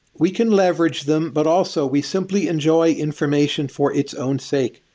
we can leverage them, but also, we simply enjoy information for its own sake.